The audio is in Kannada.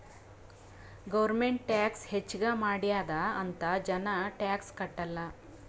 ಗೌರ್ಮೆಂಟ್ ಟ್ಯಾಕ್ಸ್ ಹೆಚ್ಚಿಗ್ ಮಾಡ್ಯಾದ್ ಅಂತ್ ಜನ ಟ್ಯಾಕ್ಸ್ ಕಟ್ಟಲ್